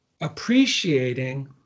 appreciating